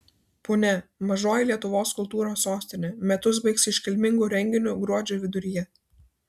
punia mažoji lietuvos kultūros sostinė metus baigs iškilmingu renginiu gruodžio viduryje